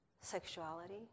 sexuality